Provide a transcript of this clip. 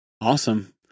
Awesome